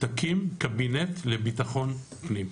שתקים קבינט לביטחון פנים.